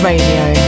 Radio